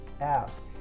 Ask